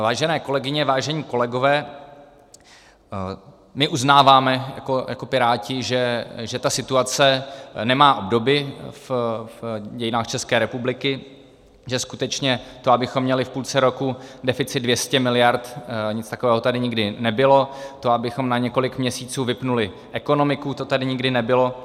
Vážené kolegyně, vážení kolegové, my uznáváme jako Piráti, že ta situace nemá obdoby v dějinách České republiky, že skutečně to, abychom měli v půlce roku deficit 200 mld., nic takového tady nikdy nebylo, to, abychom na několik měsíců vypnuli ekonomiku, to tady nikdy nebylo.